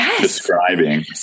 describing